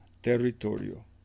territorio